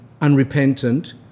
unrepentant